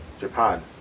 Japan